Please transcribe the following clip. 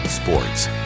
Sports